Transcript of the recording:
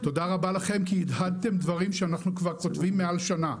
תודה רבה לכם כי הדהדתם דברים שאנחנו כבר כותבים מעל שנה.